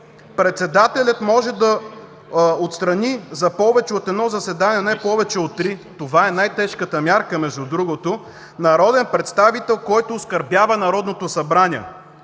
Председателят може да отстрани за повече от едно заседание, но не повече от три – това е най-тежката мярка, между другото, народен представител, който оскърбява Народното събрание.